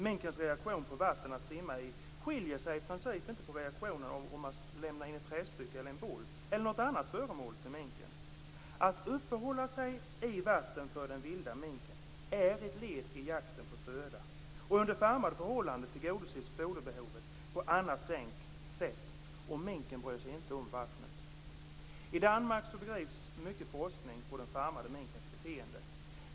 Minkens reaktion på att få vatten att simma i skiljer sig i princip inte från reaktionen på ett trästycke, en boll eller annat föremål. Att uppehålla sig i vattnet är för den vilda minken ett led i jakten på föda. Under farmade förhållanden tillgodoses foderbehovet på annat sätt. Minken bryr sig inte om vattnet. I Danmark bedrivs mycket forskning på den farmade minkens beteende.